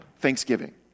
Thanksgiving